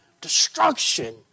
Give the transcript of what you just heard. Destruction